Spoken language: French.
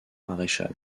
maréchal